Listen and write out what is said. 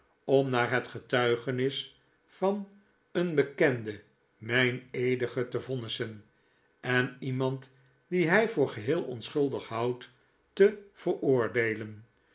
om naar het getuigenis van een bekenden meineedige te vonnissen en iemand dien hij voor geheel onschuldig houdt te veroordeelen